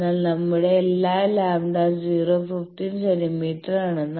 അതിനാൽ നമ്മളുടെ എല്ലാ λ0 15 സെന്റിമീറ്ററാണ്